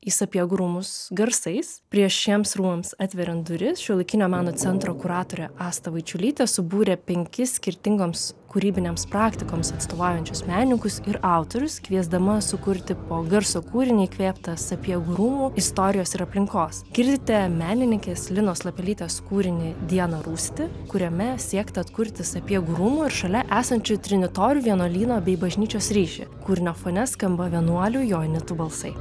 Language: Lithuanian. į sapiegų rūmus garsais prieš šiems rūmams atveriant duris šiuolaikinio meno centro kuratorė asta vaičiulytė subūrė penkis skirtingoms kūrybinėms praktikoms atstovaujančius menininkus ir autorius kviesdama sukurti po garso kūrinį įkvėptą sapiegų rūmų istorijos ir aplinkos girdite menininkės linos lapelytės kūrinį diena rūsti kuriame siekta atkurti sapiegų rūmų ir šalia esančių trinitorių vienuolyno bei bažnyčios ryšį kūrinio fone skamba vienuolių joanitų balsai